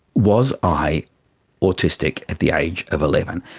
was i autistic at the age of eleven?